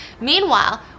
Meanwhile